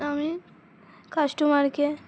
আমি কাস্টমারকে